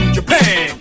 Japan